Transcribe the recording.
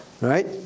right